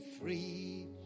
free